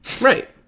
right